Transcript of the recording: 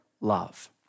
love